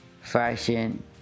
fashion